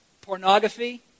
pornography